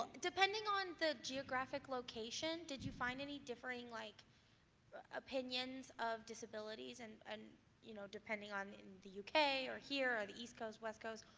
depending on the geographic location, did you find any different like opinions of disabilities and and you know, depending on the u k. or here, or the east coast, west coast,